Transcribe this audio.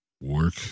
Work